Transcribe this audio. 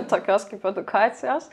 tokios kaip edukacijos